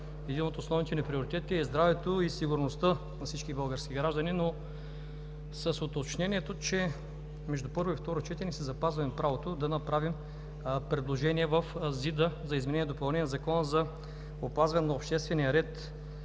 един от основните ни приоритети е здравето и сигурността на всички български граждани, но с уточнението, че между първо и второ четене си запазваме правото да направим предложение в Закона за изменение и допълнение на Закона за опазване на обществения ред